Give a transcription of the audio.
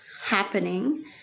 happening